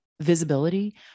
visibility